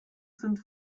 sind